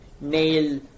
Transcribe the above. nail